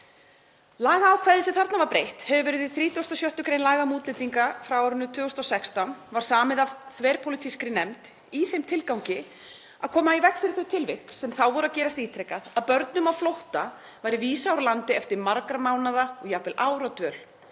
Lagaákvæðið, sem þarna var breytt og hefur verið í 36. gr. laga um útlendinga frá árinu 2016, var samið af þverpólitískri nefnd í þeim tilgangi að koma í veg fyrir þau tilvik sem þá voru að gerast ítrekað; að börnum á flótta væri vísað úr landi eftir margra mánaða og jafnvel ára dvöl,